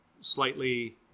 slightly